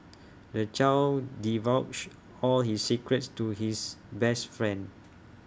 the child divulged all his secrets to his best friend